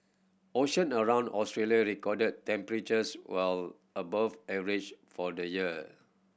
ocean around Australia recorded temperatures well above average for the year